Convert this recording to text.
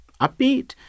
upbeat